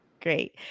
great